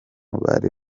bari